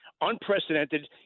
Unprecedented